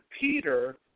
Peter